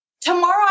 Tomorrow